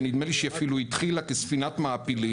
ונדמה לי שהיא אפילו התחילה כספינת מעפילים.